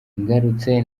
ngarutse